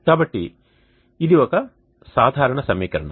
కాబట్టి ఇది ఒక సాధారణ సమీకరణం